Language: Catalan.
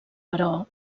però